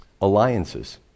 alliances